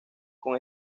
con